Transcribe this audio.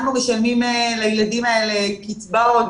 אנחנו משלמים לילדים האלה קצבאות,